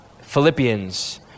Philippians